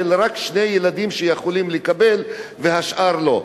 אין הגבלה שרק שני ילדים יכולים לקבל והשאר לא.